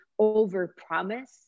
overpromise